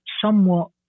somewhat